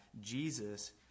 Jesus